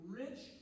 rich